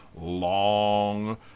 long